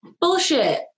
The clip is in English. bullshit